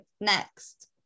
next